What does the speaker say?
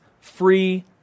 free